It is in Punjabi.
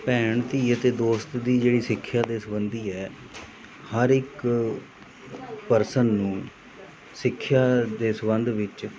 ਭੈਣ ਧੀ ਅਤੇ ਦੋਸਤ ਦੀ ਜਿਹੜੀ ਸਿੱਖਿਆ ਦੇ ਸੰਬੰਧੀ ਹੈ ਹਰ ਇੱਕ ਪਰਸਨ ਨੂੰ ਸਿੱਖਿਆ ਦੇ ਸੰਬੰਧ ਵਿੱਚ